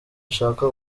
ashaka